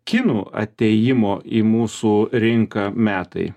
kinų atėjimo į mūsų rinką metai